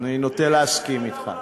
אני נוטה להסכים אתך.